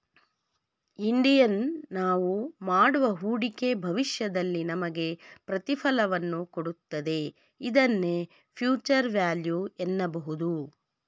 Indian ನಾವು ಮಾಡುವ ಹೂಡಿಕೆ ಭವಿಷ್ಯದಲ್ಲಿ ನಮಗೆ ಪ್ರತಿಫಲವನ್ನು ಕೊಡುತ್ತದೆ ಇದನ್ನೇ ಫ್ಯೂಚರ್ ವ್ಯಾಲ್ಯೂ ಎನ್ನಬಹುದು